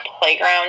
playground